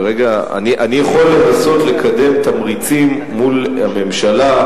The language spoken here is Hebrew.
כרגע אני יכול לנסות לקדם תמריצים מול הממשלה,